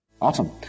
awesome